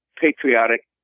patriotic